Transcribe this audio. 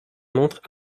montres